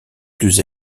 plus